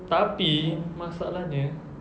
tapi masalahnya